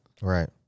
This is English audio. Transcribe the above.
Right